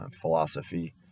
philosophy